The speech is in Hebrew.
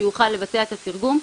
שיוכל לבצע את התרגום,